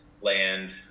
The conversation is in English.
land